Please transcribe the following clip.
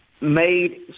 made